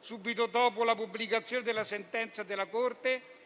subito dopo la pubblicazione della sentenza della Corte,